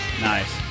nice